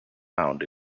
found